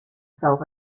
self